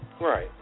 Right